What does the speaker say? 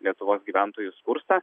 lietuvos gyventojų skursta